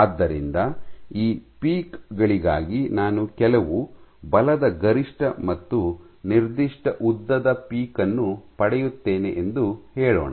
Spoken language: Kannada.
ಆದ್ದರಿಂದ ಈ ಪೀಕ್ ಗಳಿಗಾಗಿ ನಾನು ಕೆಲವು ಬಲದ ಗರಿಷ್ಠ ಮತ್ತು ನಿರ್ದಿಷ್ಟ ಉದ್ದದ ಪೀಕ್ ಅನ್ನು ಪಡೆಯುತ್ತೇನೆ ಎಂದು ಹೇಳೋಣ